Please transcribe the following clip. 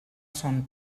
son